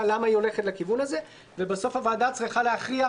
למה היא הולכת לכיוון הזה ובסוף הוועדה צריכה להכריע,